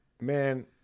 man